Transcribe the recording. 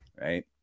right